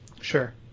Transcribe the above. Sure